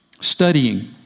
Studying